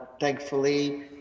thankfully